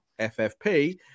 FFP